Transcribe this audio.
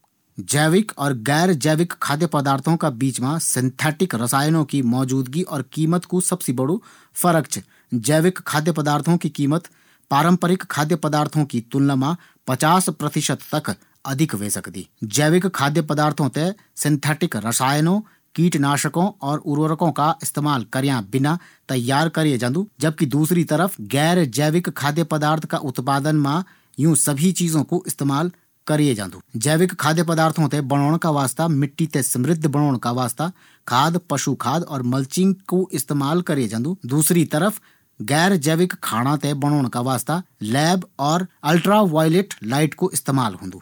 हम जू भोजन ग्रहण करदां वू भोजन हमारा शरीर का वास्ता ऊर्जा, पोषक तत्त्व और सही जानकारी प्राप्त करोंदू। सही भोजन करना से हमारु स्वास्थ्य बेहतर रंदु। और गलत भोजन करना से हम थें कई प्रकार की बीमारी ह्वे सकदिन। स्वस्थ्य भोजन करना से हमारा मूड मा सुधार ओंदू। रक्त शर्करा थें नियंत्रित करनू आसान होंदु। हम थें अच्छी नींद ओंदी। हमारी प्रतिरक्षा प्रणाली मज़बूत होंदी और हमारी हाइट भी बढ़दी।